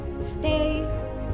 Stay